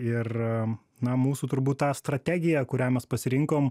ir na mūsų turbūt ta strategija kurią mes pasirinkom